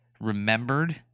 remembered